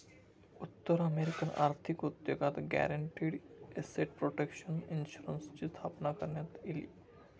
उत्तर अमेरिकन आर्थिक उद्योगात गॅरंटीड एसेट प्रोटेक्शन इन्शुरन्सची स्थापना करण्यात इली